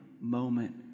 moment